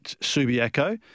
Subiaco